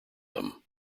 them